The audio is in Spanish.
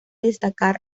destacar